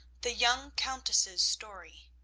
the young countess's story.